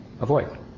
Avoid